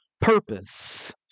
purpose